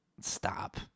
Stop